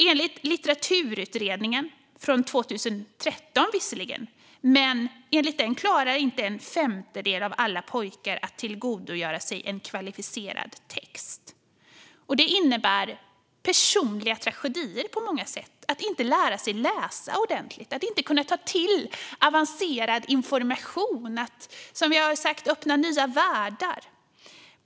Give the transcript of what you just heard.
Enligt Litteraturutredningen, som visserligen är från 2013, klarar inte en femtedel av alla pojkar att tillgodogöra sig en kvalificerad text. Det innebär personliga tragedier på många sätt. Det handlar om att inte lära sig läsa ordentligt, att inte kunna ta till sig avancerad information och att, som vi har sagt, inte få tillgång till nya världar.